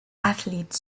athlete